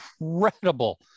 incredible